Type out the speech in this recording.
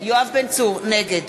נגד